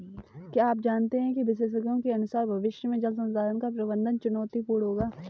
क्या आप जानते है विशेषज्ञों के अनुसार भविष्य में जल संसाधन का प्रबंधन चुनौतीपूर्ण होगा